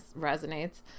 resonates